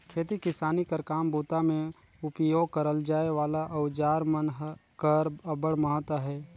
खेती किसानी कर काम बूता मे उपियोग करल जाए वाला अउजार मन कर अब्बड़ महत अहे